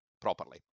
properly